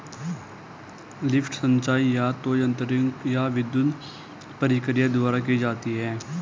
lift सिंचाई या तो यांत्रिक या विद्युत प्रक्रिया द्वारा की जाती है